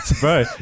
Bro